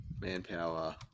Manpower